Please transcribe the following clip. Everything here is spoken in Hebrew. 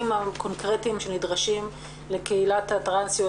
הקונקרטיים שנדרשים לקהילת הטרנסיות,